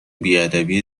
بیادبی